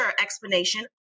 explanation